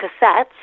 cassettes